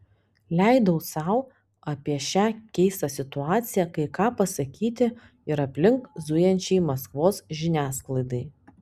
leidau sau apie šią keistą situaciją kai ką pasakyti ir aplink zujančiai maskvos žiniasklaidai